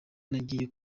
nagiye